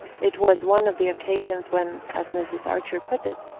it was one of the occasions when, as mrs. archer put it,